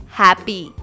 happy